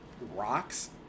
rocks